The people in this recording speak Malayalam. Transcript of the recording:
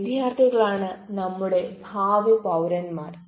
വിദ്യാർത്ഥികളാണ് നമ്മുടെ ഭാവി പൌരന്മാർ